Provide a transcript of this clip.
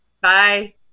Bye